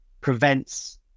prevents